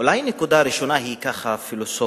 אולי הנקודה הראשונה היא ככה פילוסופית,